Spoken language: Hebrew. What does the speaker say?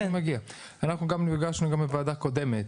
כשמגיע בן אדם ובקרי הגבול ומנהל המשמרת